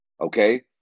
okay